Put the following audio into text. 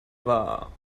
war